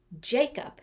Jacob